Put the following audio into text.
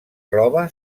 roba